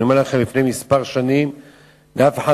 אני אומר לכם,